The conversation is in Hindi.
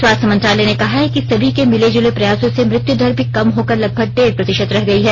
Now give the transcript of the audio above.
स्वास्थ्य मंत्रालय ने कहा है कि सभी के मिलेजुले प्रयासों से मृत्यु दर भी कम होकर लगभग डेढ़ प्रतिशत रह गई है